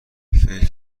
فکر